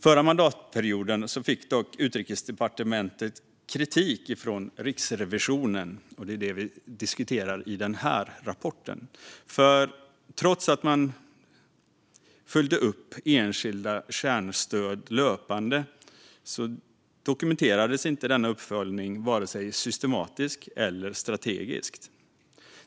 Förra mandatperioden fick Utrikesdepartementet kritik från Riksrevisionen, och det är det vi diskuterar i fråga om den här rapporten. Trots att man följde upp enskilda kärnstöd löpande dokumenterades inte denna uppföljning vare sig systematiskt eller strategiskt.